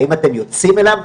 האם אתם יוצאים אליו,